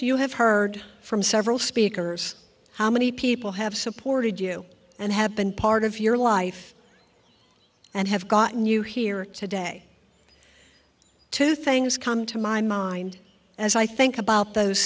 you have heard from several speakers how many people have supported you and have been part of your life and have gotten you here today two things come to my mind as i think about those